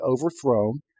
overthrown